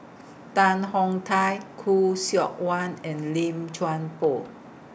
Tan Hong Thai Khoo Seok Wan and Lim Chuan Poh